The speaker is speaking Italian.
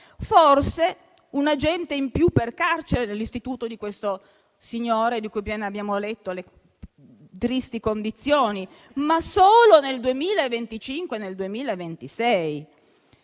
forse un agente in più per carcere nell'istituto di questo signore, di cui abbiamo appena letto le tristi condizioni, ma solo nel 2025 o nel 2026.